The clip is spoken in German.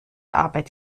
arbeit